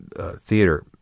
Theater